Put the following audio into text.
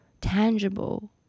tangible